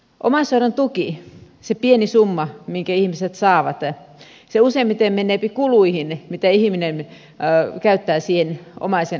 omaishoidon tuki se pieni summa minkä ihmiset saavat useimmiten menee kuluihin mitä ihminen käyttää siihen omaisen hoitamiseen